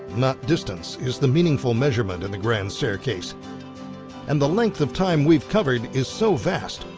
not distance, is the meaningful measurement in the grand staircase and the length of time we've covered is so vast,